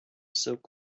silk